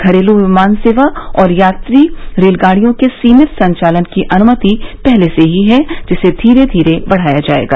घरेलू विमान सेवा और यात्री रेलगाड़ियों के सीमित संचालन की अनुमति पहले से ही है जिसे धीरे धीरे बढ़ाया जाएगा